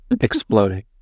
exploding